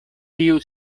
tiu